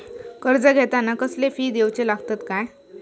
कर्ज घेताना कसले फी दिऊचे लागतत काय?